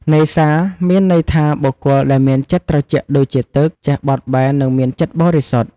នេសា មានន័យថា បុគ្គលដែលមានចិត្តត្រជាក់ដូចជាទឹក ចេះបត់បែន និងមានចិត្តបរិសុទ្ធ។